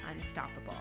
Unstoppable